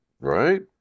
right